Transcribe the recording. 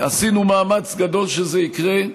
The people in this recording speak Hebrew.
עשינו מאמץ גדול שזה יקרה.